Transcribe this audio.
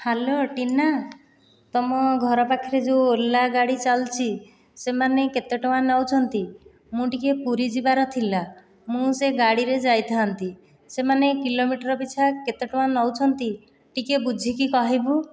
hello Tina ତୁମ ଘର ପାଖରେ ଯେଉଁ ଓଲା ଗାଡ଼ି ଚାଲିଛି ସେମାନେ କେତେ ଟଙ୍କା ନେଉଛନ୍ତି ମୁଁ ଟିକିଏ ପୁରୀ ଯିବାର ଥିଲା ମୁଁ ସେ ଗାଡ଼ିରେ ଯାଇଥାନ୍ତି ସେମାନେ କିଲୋମିଟର ପିଛା କେତେ ଟଙ୍କା ନେଉଛନ୍ତି ଟିକିଏ ବୁଝିକି କହିବୁ